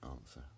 answer